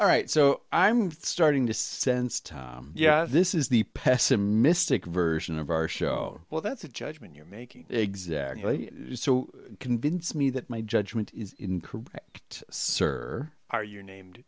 all right so i'm starting to sense yeah this is the pessimistic version of our show well that's a judgment you're making exactly so convince me that my judgment is correct server are you named